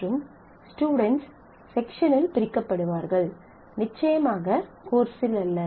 மற்றும் ஸ்டுடென்ட்ஸ் செக்ஷனில் பிரிக்கப்படுவார்கள் நிச்சயமாக கோர்ஸில் அல்ல